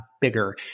bigger